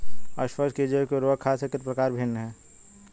स्पष्ट कीजिए कि उर्वरक खाद से किस प्रकार भिन्न है?